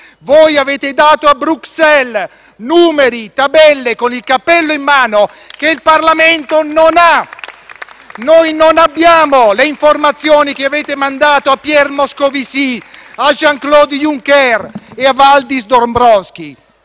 Voi avete dato a Bruxelles, con il cappello in mano, numeri e tabelle che il Parlamento non ha: noi non abbiamo le informazioni che avete mandato a Pierre Moscovici, a Jean Claude Juncker e a Valdis Dombrovskis.